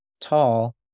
tall